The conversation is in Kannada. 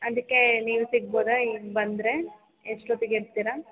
ಅದಕ್ಕೆ ನೀವು ಸಿಗ್ಬೋದ ಈಗ ಬಂದರೆ ಎಷ್ಟೊತ್ತಿಗೆ ಇರ್ತೀರ